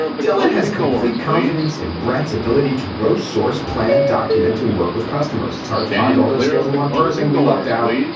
dylan has complete confidence in brett's ability to roast source plan document and work with customers it's hard to find all those skills in one person. we lucked out.